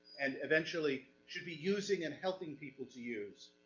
and eventually, should be using and helping people to use,